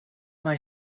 mae